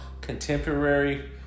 contemporary